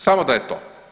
Samo da je to.